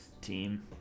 team